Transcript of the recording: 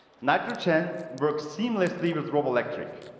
nitrogen works seamlessly with roboelectric.